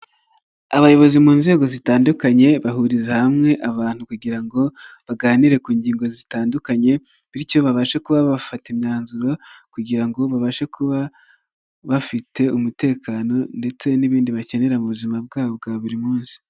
Abayobozi mu nzego zitandukanye, bahuriza hamwe abantu kugira ngo baganire ku ngingo zitandukanye, bityo babashe kuba bafata imyanzuro kugira ngo babashe kuba bafite umutekano ndetse n'ibindi bakenera mu buzima bwabo bwa buri munsi.